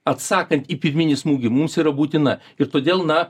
atsakant į pirminį smūgį mums yra būtina ir todėl na